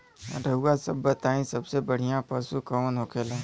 रउआ सभ बताई सबसे बढ़ियां पशु कवन होखेला?